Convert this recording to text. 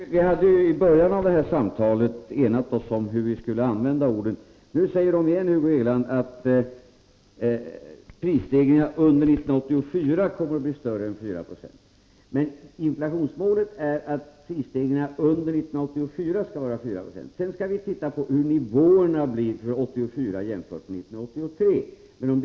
Herr talman! I början av debatten hade vi ju enat oss om hur vi skulle använda orden, men nu säger Hugo Hegeland om igen att prisstegringarna under 1984 kommer att bli större än 4 96. Inflationsmålet är emellertid att prisstegringarna under 1984 skall vara 4 Jo. Sedan får vi se på hur nivåerna blir för 1984 jämfört med 1983.